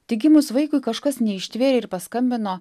tik gimus vaikui kažkas neištvėrė ir paskambino